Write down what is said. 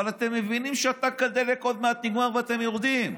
ואתם מבינים שטנק הדלק עוד מעט נגמר ואתם יורדים.